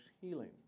healing